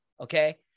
okay